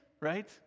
right